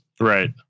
Right